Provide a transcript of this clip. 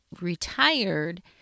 retired